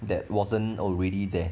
that wasn't already there